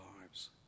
lives